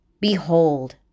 Behold